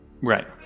Right